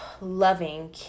loving